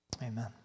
amen